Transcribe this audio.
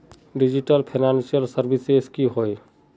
Digital financial services की होय?